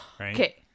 Okay